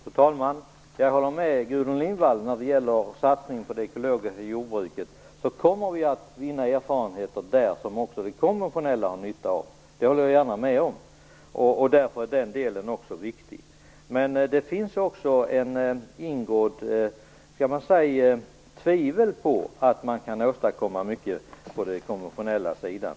Fru talman! Jag håller med Gudrun Lindvall när det gäller satsningen på de ekologiska jordbruket. Vi kommer att vinna erfarenheter där som också det konventionella jordbruket har nytta av. Det håller jag gärna med om. Därför är den delen också viktig. Men det finns också tvivel om att man kan åstadkomma mycket på den konventionella sidan.